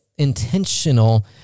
intentional